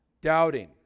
doubting